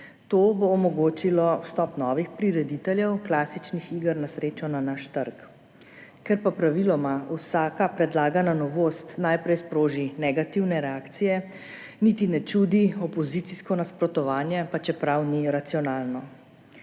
To bo omogočilo vstop novih prirediteljev klasičnih iger na srečo na naš trg. Ker pa praviloma vsaka predlagana novost najprej sproži negativne reakcije, niti ne čudi opozicijsko nasprotovanje, pa čeprav ni racionalno.